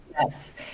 Yes